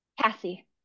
Cassie